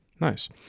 Nice